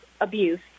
abuse